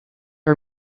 our